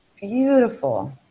beautiful